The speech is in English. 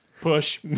push